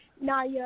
Naya